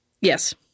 Yes